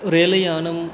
रेलयानं